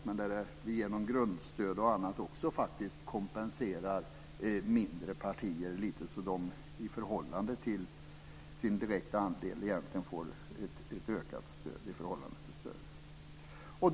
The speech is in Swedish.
Men genom grundstöd och annat kompenserar vi mindre partier lite, så att de i förhållande till sin direkta andel egentligen får ett ökat stöd i förhållande till större partier.